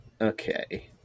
Okay